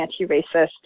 anti-racist